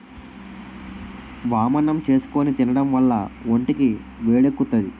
వామన్నం చేసుకుని తినడం వల్ల ఒంటికి వేడెక్కుతాది